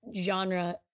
genre